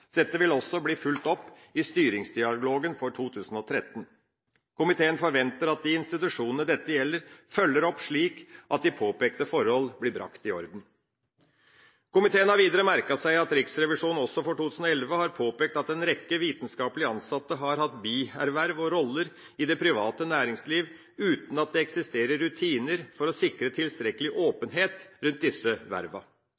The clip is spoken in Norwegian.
Dette vil også bli fulgt opp i styringsdialogen for 2013. Komiteen forventer at de institusjonene dette gjelder, følger opp, slik at de påpekte forhold blir brakt i orden. Komiteen har videre merket seg at Riksrevisjonen også for 2011 har påpekt at en rekke vitenskapelig ansatte har hatt bierverv og roller i det private næringsliv uten at det eksisterer rutiner for å sikre tilstrekkelig